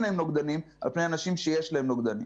להם נוגדנים על פני אנשים שיש להם נוגדנים.